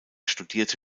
studierte